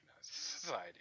society